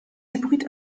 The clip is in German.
hybrid